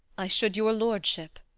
i should your lordship.